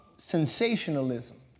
Sensationalism